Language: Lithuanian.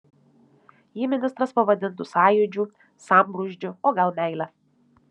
jį ministras pavadintų sąjūdžiu sambrūzdžiu o gal meile